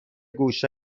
گوشه